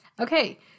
Okay